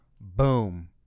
Boom